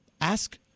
ask